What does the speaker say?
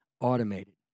Automated